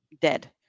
dead